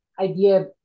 idea